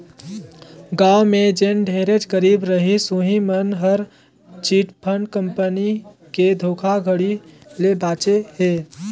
गाँव में जेन ढेरेच गरीब रहिस उहीं मन हर चिटफंड कंपनी के धोखाघड़ी ले बाचे हे